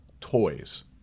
toys